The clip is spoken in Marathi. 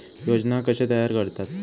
योजना कशे तयार करतात?